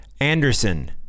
anderson